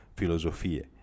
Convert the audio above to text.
filosofie